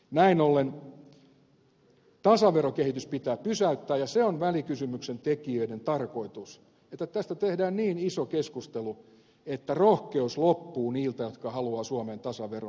näin ollen tasaverokehitys pitää pysäyttää ja se on välikysymyksen tekijöiden tarkoitus että tästä tehdään niin iso keskustelu että rohkeus loppuu niiltä jotka haluavat suomeen tasaveron